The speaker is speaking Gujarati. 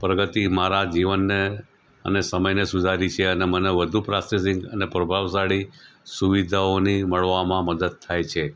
પ્રગતિ મારા જીવનને અને સમયને સુધારી છે અને મને વધુ પ્રાસેસિંગ અને પ્રભાવશાળી સુવિધાઓને મળવામાં મદદ થાય છે